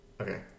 Okay